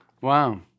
wow